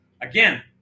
again